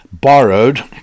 borrowed